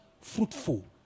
fruitful